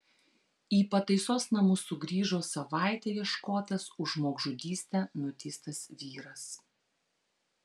į pataisos namus sugrįžo savaitę ieškotas už žmogžudystę nuteistas vyras